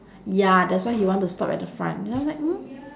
ya that's why he want to stop at the front then after that mm